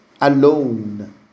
alone